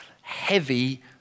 heavy